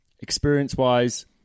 experience-wise